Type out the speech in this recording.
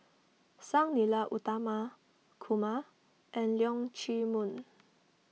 Sang Nila Utama Kumar and Leong Chee Mun